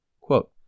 Quote